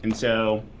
and so,